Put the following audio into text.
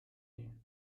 you